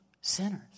sinners